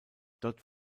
dort